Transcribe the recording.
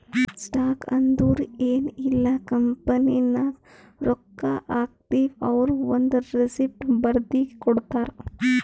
stock ಅಂದುರ್ ಎನ್ ಇಲ್ಲ ಕಂಪನಿನಾಗ್ ರೊಕ್ಕಾ ಹಾಕ್ತಿವ್ ಅವ್ರು ಒಂದ್ ರೆಸಿಪ್ಟ್ ಬರ್ದಿ ಕೊಡ್ತಾರ್